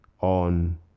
on